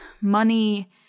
money